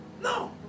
No